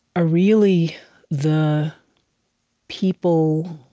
are really the people,